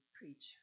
preach